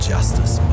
Justice